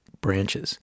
branches